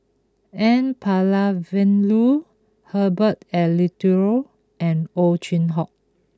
N Palanivelu Herbert Eleuterio and Ow Chin Hock